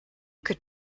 could